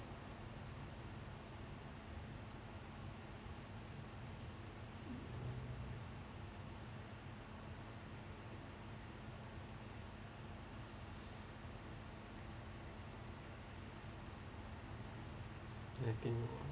I think